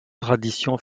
tradition